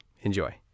enjoy